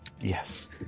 Yes